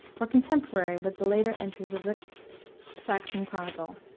were contemporary with the later entries of the saxon chronicle.